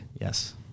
Yes